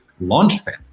Launchpad